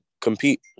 compete